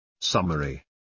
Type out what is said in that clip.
Summary